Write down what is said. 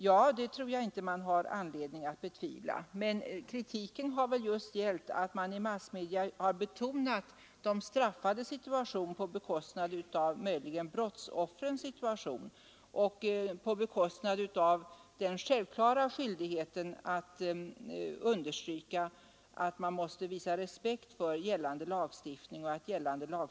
Ja, det tror jag inte att det finns anledning att betvivla, men kritiken har ju just gällt att massmedia har betonat de straffades situation på bekostnad av brottsoffrens och på bekostnad av den självklara skyldigheten att understryka respekten för gällande lagstiftning.